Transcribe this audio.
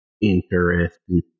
Interesting